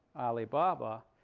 alibaba.